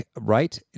right